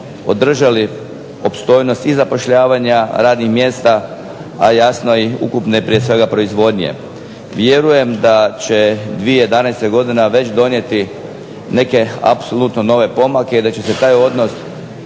održali opstojnost i zapošljavanja radnih mjesta, a jasno i ukupne prije svega proizvodnje. Vjerujem da će 2011. godina već donijeti neke apsolutno nove pomake i da će se taj odnos